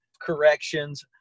corrections